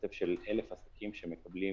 בקצב של 1,000 עסקים שמקבלים